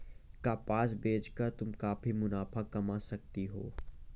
कपास बेच कर तुम काफी मुनाफा कमा सकती हो